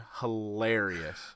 hilarious